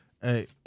Hey